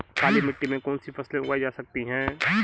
काली मिट्टी में कौनसी फसलें उगाई जा सकती हैं?